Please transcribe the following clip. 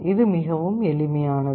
இது மிகவும் எளிமையானது